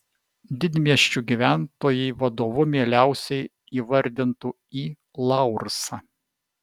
didmiesčių gyventojai vadovu mieliausiai įvardintų i laursą